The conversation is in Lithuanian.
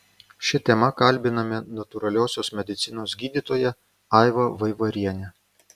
šia tema kalbiname natūraliosios medicinos gydytoją aivą vaivarienę